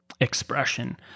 expression